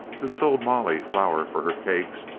who sold molly flour for her cakes,